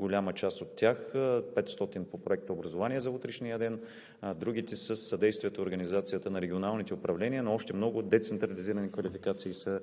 голяма част от тях – 500, са по Проект на „Образование за утрешния ден“, а другите със съдействието на организацията на регионалните управления, но още много децентрализирани квалификации са